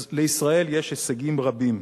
אז לישראל יש הישגים רבים,